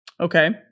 Okay